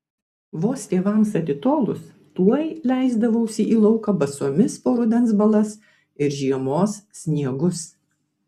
vos tėvams atitolus tuoj leisdavausi į lauką basomis po rudens balas ir žiemos sniegus